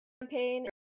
campaign